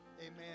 Amen